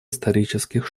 исторических